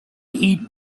eat